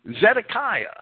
Zedekiah